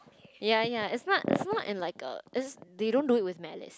ya ya it's not it's not in like a it's they don't do it with malice